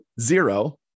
zero